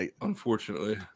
unfortunately